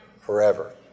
forever